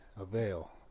avail